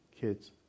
kids